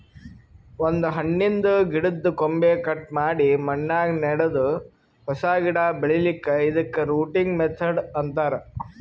ಒಂದ್ ಹಣ್ಣಿನ್ದ್ ಗಿಡದ್ದ್ ಕೊಂಬೆ ಕಟ್ ಮಾಡಿ ಮಣ್ಣಾಗ ನೆಡದು ಹೊಸ ಗಿಡ ಬೆಳಿಲಿಕ್ಕ್ ಇದಕ್ಕ್ ರೂಟಿಂಗ್ ಮೆಥಡ್ ಅಂತಾರ್